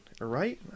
Right